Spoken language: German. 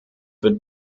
wird